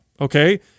okay